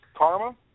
karma